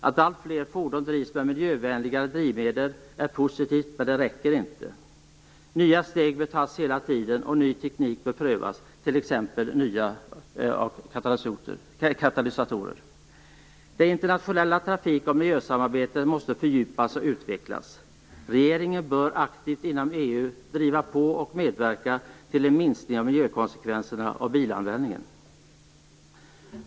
Att alltfler fordon drivs med miljövänligare drivmedel är positivt, men det räcker inte. Nya steg bör tas hela tiden, och ny teknik bör prövas, t.ex. nya katalysatorer. Det internationella trafik och miljösamarbetet måste fördjupas och utvecklas. Regeringen bör inom EU aktivt driva på och medverka till en minskning av bilanvändningens miljökonsekvenser.